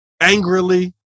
angrily